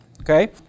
Okay